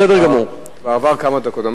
כבר עברו כמה דקות.